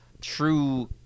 true